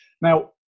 Now